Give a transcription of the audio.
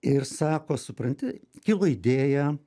ir sako supranti kilo idėja